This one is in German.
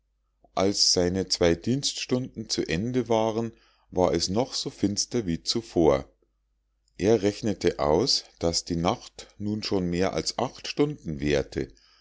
als seine zwei dienststunden zu ende waren war es noch so finster wie zuvor er rechnete aus daß die nacht nun schon mehr als acht stunden währte